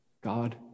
God